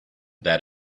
that